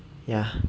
ya